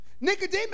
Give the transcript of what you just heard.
Nicodemus